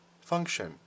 function